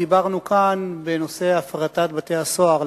דיברנו כאן בנושא הפרטת בתי-הסוהר,